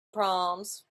proms